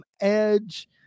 Edge